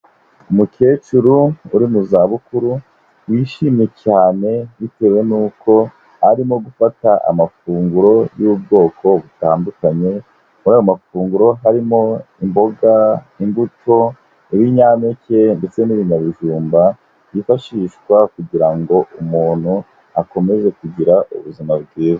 Umukecuru uri mu zabukuru wishimye cyane bitewe n'uko arimo gufata amafunguro y'ubwoko butandukanye, muri ayo mafunguro harimo imboga, imbuto, ibinyampeke ndetse n'ibinyabujumba byifashishwa kugira ngo umuntu akomeze kugira ubuzima bwiza.